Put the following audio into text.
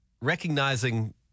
recognizing